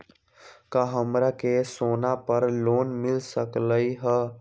का हमरा के सोना पर लोन मिल सकलई ह?